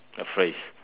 a phrase